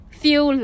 feel